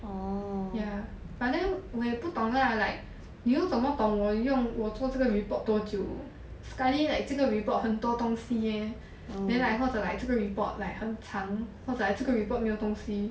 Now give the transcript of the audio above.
ya but then 我也不懂他的 like 你又怎么懂我有用我做这个 report 多久 sekali like 这个 report 很多东西 leh then like 或者 like 这个 report like 很长或者 like 这个 report 没有东西